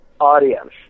audience